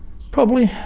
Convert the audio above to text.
probably.